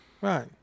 Right